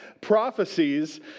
prophecies